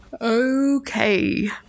Okay